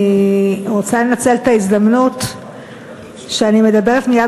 אני רוצה לנצל את ההזדמנות שאני מדברת מייד